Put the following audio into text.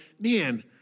man